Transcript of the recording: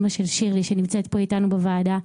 אימא של שירלי שנמצאת פה איתנו בוועדה,